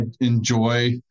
enjoy